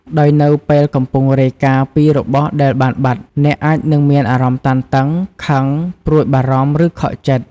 ដោយនៅពេលកំពុងរាយការណ៍ពីរបស់ដែលបានបាត់ អ្នកអាចនឹងមានអារម្មណ៍តានតឹង ខឹង ព្រួយបារម្ភ ឬខកចិត្ត។